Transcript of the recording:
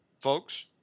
Folks